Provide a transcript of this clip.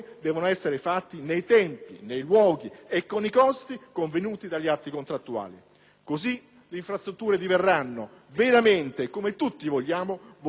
Così le infrastrutture diverranno veramente, come tutti vogliamo, volano per rilanciare l'economia del nostro Paese.